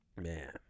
man